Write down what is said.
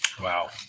Wow